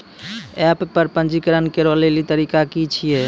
App पर पंजीकरण करै लेली तरीका की छियै?